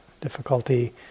difficulty